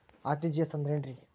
RTGS ಅಂದ್ರ ಏನ್ರಿ?